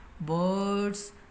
birds